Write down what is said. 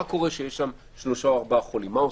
מה קורה כשיש שם שלושה או ארבעה חודשים?